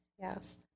Yes